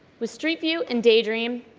with streetview in daydream,